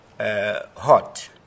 hot